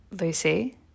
Lucy